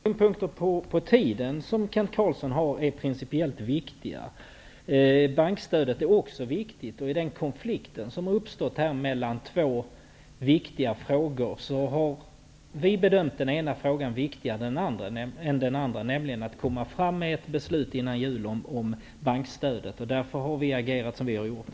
Herr talman! Jag delar Kent Carlssons principiella synpunkter när det gäller motionstiden. Dessa synpunkter är viktiga. Bankstödet är också viktig. I den konflikt som här uppstår mellan två viktiga intressen har vi bedömt det vara viktigare att ett beslut angående bankstödet kan fattas före jul. Det är därför som vi har agerat som vi gjort.